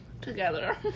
Together